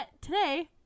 today